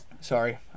sorry